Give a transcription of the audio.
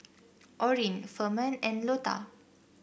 Orin Firman and Lota